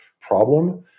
problem